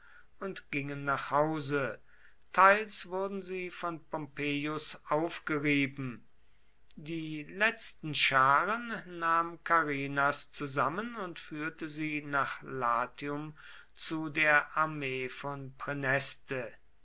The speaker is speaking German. und gingen nach hause teils wurden sie von pompeius aufgerieben die letzten scharen nahm carrinas zusammen und führte sie nach latium zu der armee von